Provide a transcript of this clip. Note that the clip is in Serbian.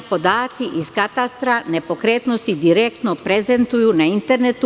Podaci iz katastra nepokretnosti direktno se prezentuju na internetu.